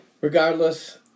regardless